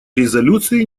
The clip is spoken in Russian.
резолюции